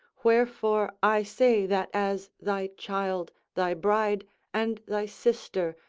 wherefore i say that as thy child, thy bride and thy sister,